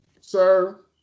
Sir